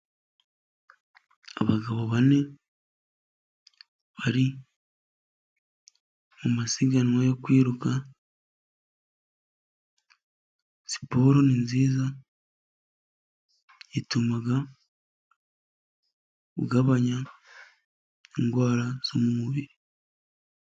Abagabo bane bari mu masiganwa yo kwiruka, siporo ni nziza ituma ugabanya indwara zo mu mubiri.